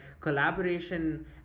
collaboration